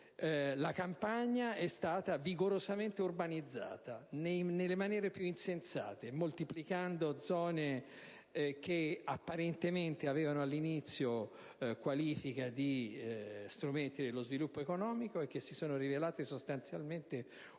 La campagna è stata vigorosamente urbanizzata nelle maniere più insensate, moltiplicando zone che apparentemente avevano all'inizio qualifica di strumenti dello sviluppo economico e che si sono rilevate sostanzialmente occupazione